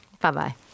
Bye-bye